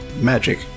magic